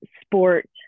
sport